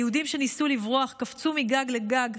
היהודים שניסו לברוח קפצו מגג לגג,